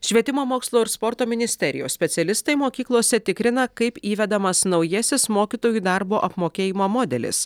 švietimo mokslo ir sporto ministerijos specialistai mokyklose tikrina kaip įvedamas naujasis mokytojų darbo apmokėjimo modelis